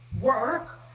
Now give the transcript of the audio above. work